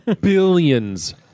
billions